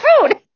food